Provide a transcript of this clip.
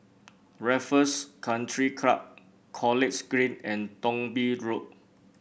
Raffles Country Club College Green and Thong Bee Road